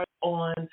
on